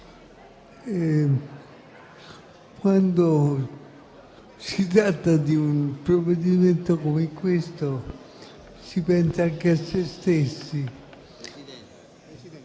quando si tratta un provvedimento come questo, si pensa anche a se stessi,